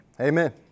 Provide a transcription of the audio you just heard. Amen